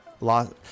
Lost